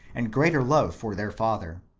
and greater love for their father.